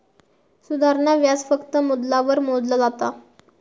साधारण व्याज फक्त मुद्दलावर मोजला जाता